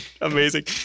Amazing